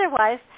Otherwise